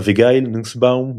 אביגיל נוסבאום,